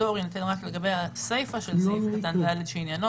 הפטור יינתן רק לגבי הסיפה של סעיף קטן (ד) שעניינו